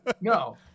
no